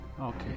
Okay